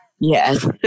Yes